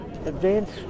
advanced